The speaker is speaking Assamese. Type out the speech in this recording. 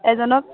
এজনক